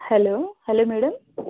hello hello madam